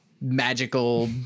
magical